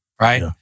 right